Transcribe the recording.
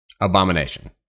Abomination